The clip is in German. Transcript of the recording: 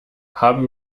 haben